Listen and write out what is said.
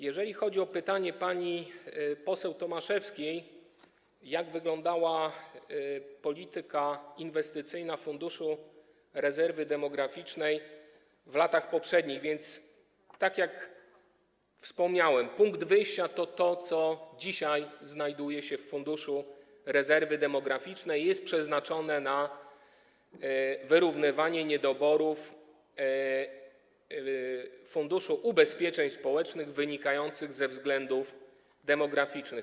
Jeżeli chodzi o pytanie pani poseł Tomaszewskiej, jak wyglądała polityka inwestycyjna Funduszu Rezerwy Demograficznej w latach poprzednich, to tak jak wspomniałem, punkt wyjścia to jest to, co dzisiaj znajduje się w Funduszu Rezerwy Demograficznej, co jest przeznaczone na wyrównywanie niedoborów Funduszu Ubezpieczeń Społecznych wynikających ze względów demograficznych.